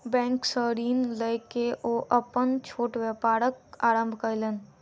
bank सॅ ऋण लय के ओ अपन छोट व्यापारक आरम्भ कयलैन